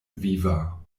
viva